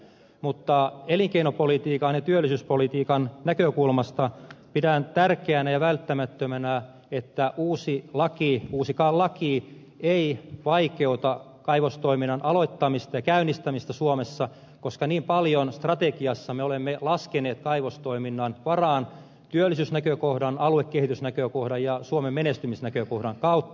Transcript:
mutta elinkeinopolitiikan ja työllisyyspolitiikan näkökulmasta pidän tärkeänä ja välttämättömänä että uusikaan laki ei vaikeuta kaivostoiminnan aloittamista ja käynnistämistä suomessa koska niin paljon strategiassamme olemme laskeneet kaivostoiminnan varaan työllisyysnäkökohdan aluekehitysnäkökohdan ja suomen menestymisnäkökohdan kautta